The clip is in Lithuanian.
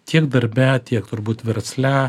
tiek darbe tiek turbūt versle